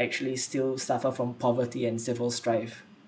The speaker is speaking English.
actually still suffer from poverty and civil strife